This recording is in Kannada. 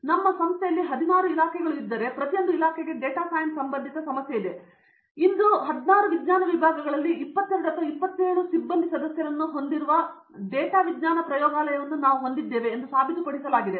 ನಮ್ಮ ಸಂಸ್ಥೆಯಲ್ಲಿ 16 ಇಲಾಖೆಗಳು ಇದ್ದರೆ ಪ್ರತಿಯೊಂದು ಇಲಾಖೆಗೆ ಡಾಟಾ ಸೈನ್ಸ್ ಸಂಬಂಧಿತ ಸಮಸ್ಯೆ ಇದೆ ಮತ್ತು ನಾವು ಇಂದು 16 ವಿಜ್ಞಾನ ವಿಭಾಗಗಳಲ್ಲಿ 22 ಅಥವಾ 27 ಸಿಬ್ಬಂದಿ ಸದಸ್ಯರನ್ನು ಹೊಂದಿರುವ ಡೇಟಾ ವಿಜ್ಞಾನ ಪ್ರಯೋಗಾಲಯವನ್ನು ಹೊಂದಿದ್ದೇವೆ ಎಂದು ಸಾಬೀತುಪಡಿಸಲಾಗಿದೆ